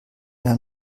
mehr